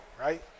right